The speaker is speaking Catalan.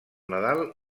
nadal